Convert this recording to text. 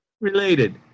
Related